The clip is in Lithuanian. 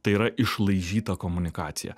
tai yra išlaižyta komunikacija